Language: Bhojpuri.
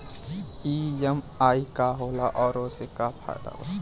ई.एम.आई का होला और ओसे का फायदा बा?